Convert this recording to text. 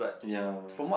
ya